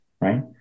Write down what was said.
right